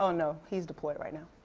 oh, no, he's deployed right now.